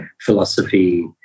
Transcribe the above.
philosophy